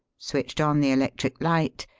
switched on the electric light,